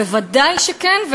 ודאי שכן,